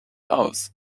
aus